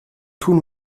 tun